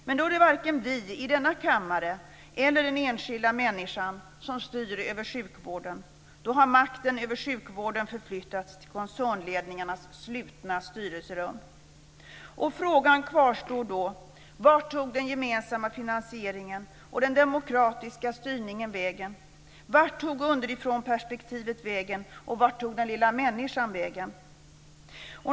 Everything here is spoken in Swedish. Men då är det varken vi i denna kammare eller den enskilda människan som styr över sjukvården. Då har makten över sjukvården förflyttats till koncernledningarnas slutna styrelserum. Frågan kvarstår då: Vart tog den gemensamma finansieringen och den demokratiska styrningen vägen, vart tog underifrånperspektivet vägen och vart tog den lilla människan vägen?